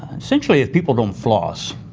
essentially, if people don't floss,